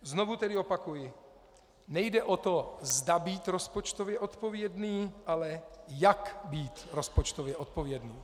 Znovu tedy opakuji, nejde o to, zda být rozpočtově odpovědný, ale jak být rozpočtově odpovědný.